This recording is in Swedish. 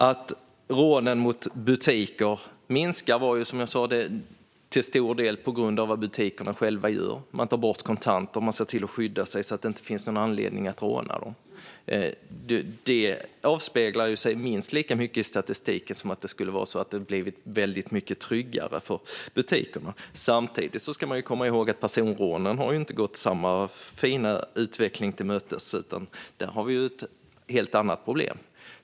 Att rånen mot butiker minskar är ju, som jag sa, till stor del på grund av vad butikerna själva gör. De tar bort kontanter och ser till att skydda sig, så att det inte finns någon anledning att råna dem. Detta avspeglar sig minst lika mycket i statistiken som att det skulle vara så att det har blivit väldigt mycket tryggare för butikerna. Samtidigt ska man komma ihåg att personrånen inte har gått samma fina utveckling till mötes, utan där har vi ett helt annat problem.